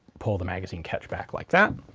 pull the magazine catch back like that.